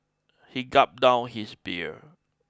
he gulped down his beer